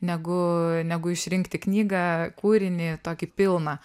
negu negu išrinkti knygą kūrinį tokį pilną